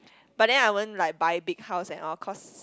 but then I won't like buy big house and all cause